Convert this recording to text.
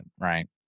right